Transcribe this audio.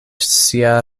sia